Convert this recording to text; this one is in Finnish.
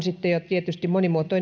tietysti